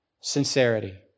Sincerity